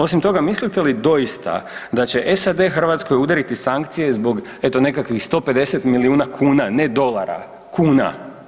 Osim toga, mislite li doista da će SAD Hrvatskoj udariti sankcije zbog, eto, nekakvih 150 milijuna kuna, ne dolara, kuna.